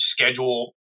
schedule